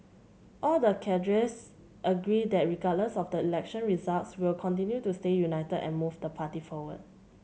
all the cadres agree that regardless of the election results we'll continue to stay united and move the party forward